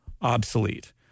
obsolete